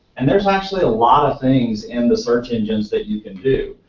and there's actually a lot of things in the search engines that you can do.